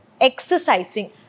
exercising